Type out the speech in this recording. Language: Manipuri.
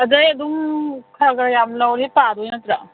ꯑꯗꯒꯤ ꯑꯗꯨꯝ ꯈꯔ ꯈꯔ ꯌꯥꯝ ꯂꯧꯔꯗꯤ ꯇꯥꯗꯣꯏ ꯅꯠꯇ꯭ꯔꯣ